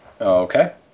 Okay